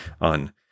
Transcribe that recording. on